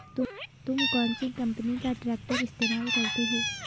तुम कौनसी कंपनी का ट्रैक्टर इस्तेमाल करते हो?